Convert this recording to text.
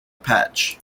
patch